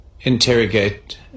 interrogate